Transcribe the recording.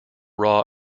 raw